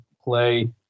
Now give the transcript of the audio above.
play